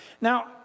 Now